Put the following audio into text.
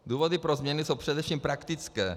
Důvody pro změny jsou především praktické.